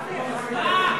אז מה?